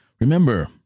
Remember